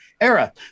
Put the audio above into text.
era